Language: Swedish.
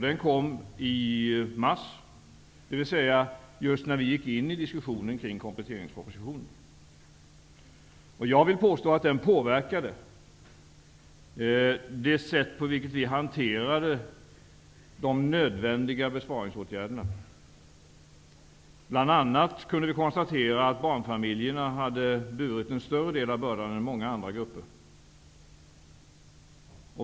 Den kom i mars just när vi inledde diskussionen om kompletteringspropositionen. Jag vill påstå att denna analys påverkade det sätt på vilket vi hanterade de nödvändiga besparingsåtgärderna. Vi kunde bl.a. konstatera att barnfamiljerna hade burit en större del av bördan än många andra grupper.